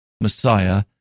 Messiah